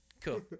Cool